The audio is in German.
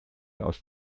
aus